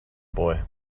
boy